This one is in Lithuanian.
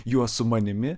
juos su manimi